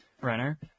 Renner